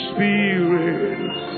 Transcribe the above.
Spirit